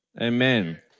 Amen